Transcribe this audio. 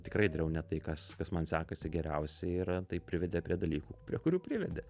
tikrai dariau ne tai kas kas man sekasi geriausiai ir tai privedė prie dalykų prie kurių privedė